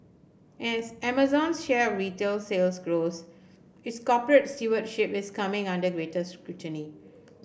as Amazon's share of retail sales grows its corporate stewardship is coming under greater scrutiny